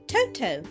Toto